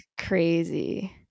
crazy